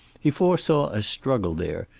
he foresaw a struggle there,